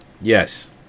Yes